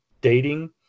dating